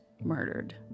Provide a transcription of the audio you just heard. murdered